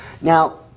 Now